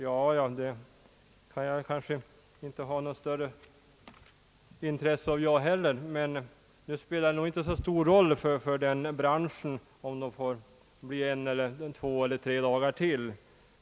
Inte heller jag har något större intresse av det, men för den branschen spelar det nog inte så stor roll om det blir en eller två eller tre dagar till.